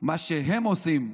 מה שהם עושים,